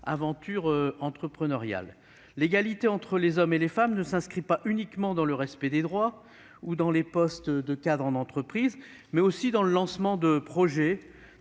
aventure entrepreneuriale ? L'égalité entre les hommes et les femmes ne s'inscrit pas uniquement dans le respect des droits ou dans les postes de cadres en entreprise, mais aussi dans le lancement de projets,